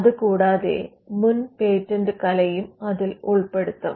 അത് കൂടാതെ മുൻ പേറ്റന്റ് കലയും അതിൽ ഉൾപ്പെടുത്തും